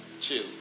Chill